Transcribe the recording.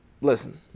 Listen